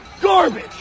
Garbage